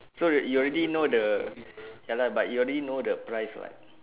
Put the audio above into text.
so that you already know the ya lah but you already know the price [what]